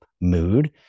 mood